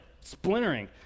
splintering